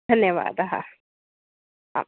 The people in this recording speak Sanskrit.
धन्यवादाः आम्